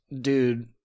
dude